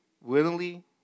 Willingly